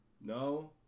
No